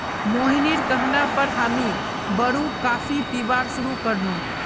मोहिनीर कहना पर हामी ब्रू कॉफी पीबार शुरू कर नु